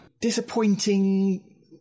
disappointing